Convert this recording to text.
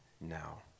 now